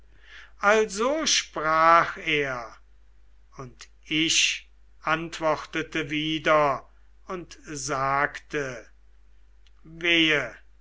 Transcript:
also sprach er und ich antwortete wieder und sagte wehe